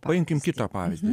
paimkim kitą pavyzdį